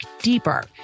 deeper